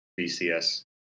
BCS